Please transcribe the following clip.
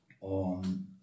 on